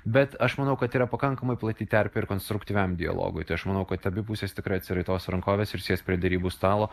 bet aš manau kad tai yra pakankamai plati terpė ir konstruktyviam dialogui tai aš manau kad abi pusės tikrai atsiraitos rankoves ir sės prie derybų stalo